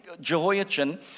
Jehoiachin